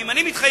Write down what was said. ואם אני מתחייב